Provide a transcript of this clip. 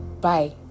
Bye